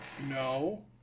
No